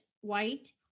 White